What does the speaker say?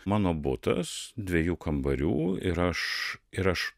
mano butas dviejų kambarių ir aš ir aš